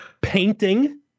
Painting